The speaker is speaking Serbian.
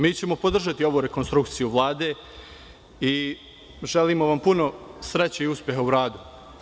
Mi ćemo podržati ovu rekonstrukciju Vlade i želimo vam puno sreće i uspeha u radu.